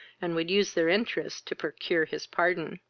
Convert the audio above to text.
and would use their interest to procure his pardon.